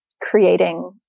creating